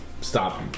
stop